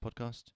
Podcast